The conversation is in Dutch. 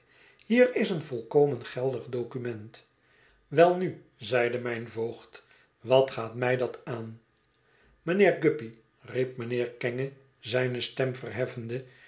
hier is het een volkomen geldig document welnu zeide mijn voogd wat gaat mij dat aan mijnheer guppy riep mijnheer kenge zijne stem verheffende